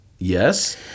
yes